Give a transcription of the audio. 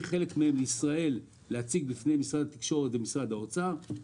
אותם לישראל כדי להציג בפני משרד התקשורת ומשרד האוצר,